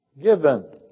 given